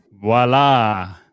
voila